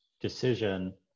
decision